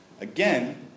Again